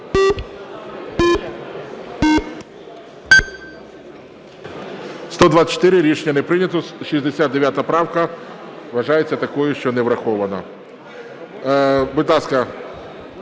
За-124 Рішення не прийнято. 69 правка вважається такою, що не врахована. Будь ласка,